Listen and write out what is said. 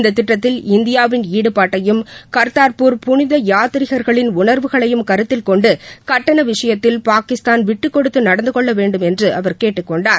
இந்தத் திட்டத்தில் இந்தியாவின் ஈடுபாட்டையும் கர்த்தார்பூர் புனித யாத்ரீகர்களின் உணர்வுகளையும் கருத்தில் கொண்டு கட்டண விஷயத்தில் பாகிஸ்தான் விட்டுக்கொடுத்து நடந்து கொள்ள வேண்டும் என்று அவர் கேட்டுக்கொண்டார்